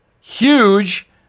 huge